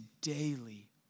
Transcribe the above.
daily